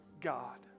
God